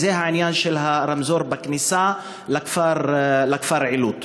עניין הרמזור בכניסה לכפר עילוט.